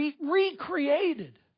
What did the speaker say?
recreated